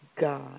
God